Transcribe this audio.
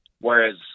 Whereas